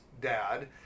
dad